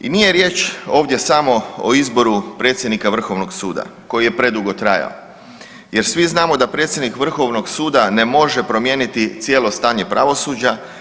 I nije riječ ovdje samo o izboru predsjednika vrhovnog suda koji je predugo trajao jer svi znamo da predsjednik vrhovnog suda ne može promijeniti cijelo stanje pravosuđa.